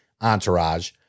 Entourage